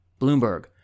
Bloomberg